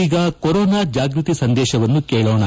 ಈಗ ಕೊರೋನಾ ಜಾಗೃತಿ ಸಂದೇಶವನ್ನು ಕೇಳೋಣ